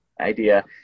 idea